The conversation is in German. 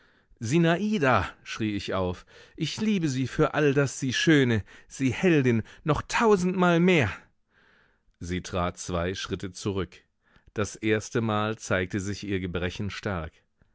sinada schrie ich auf ich liebe sie für all das sie schöne sie heldin noch tausendmal mehr sie trat zwei schritte zurück das erstemal zeigte sich ihr gebrechen stark